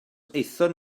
aethon